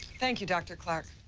thank you, dr. clarke.